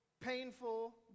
painful